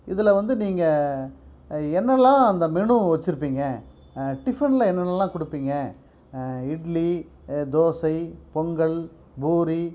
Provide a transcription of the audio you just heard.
இதில் வந்து நீங்கள் என்னெல்லாம் அந்த மெனு வச்சிருப்பீங்க டிஃபனில் என்னென்னலாம் கொடுப்பீங்க இட்லி தோசை பொங்கல் பூரி